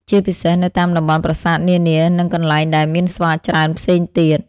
ជាពិសេស នៅតាមតំបន់ប្រាសាទនានា និងកន្លែងដែលមានស្វាច្រើនផ្សេងទៀត។